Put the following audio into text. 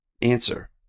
Answer